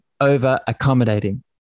over-accommodating